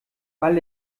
weil